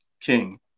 King